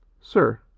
Sir